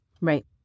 right